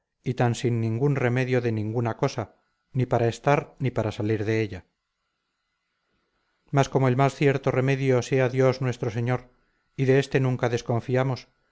y tan sin ningún remedio de ninguna cosa ni para estar ni para salir de ella mas como el más cierto remedio sea dios nuestro señor y de este nunca desconfiamos